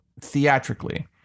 theatrically